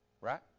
right